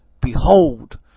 Behold